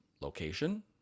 location